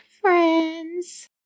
friends